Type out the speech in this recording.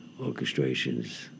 orchestrations